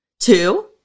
Two